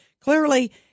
Clearly